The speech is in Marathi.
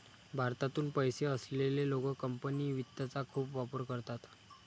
भारतातून पैसे असलेले लोक कंपनी वित्तचा खूप वापर करतात